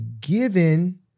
given